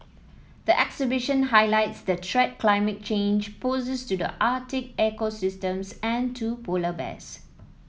the exhibition highlights the threat climate change poses to the Arctic ecosystems and to polar bears